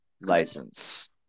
license